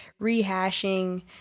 rehashing